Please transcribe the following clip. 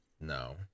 No